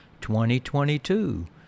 2022